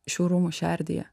šių rūmų šerdyje